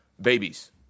babies